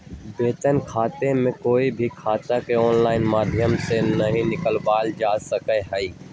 वेतन खाता में कोई भी खाता के आनलाइन माधम से ना बदलावल जा सका हई